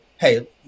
Hey